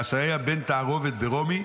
אשר היה בן תערובת ברומי.